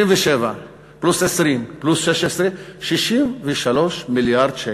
27 פלוס 20 פלוס 16 = 63 מיליארד שקל.